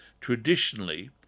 traditionally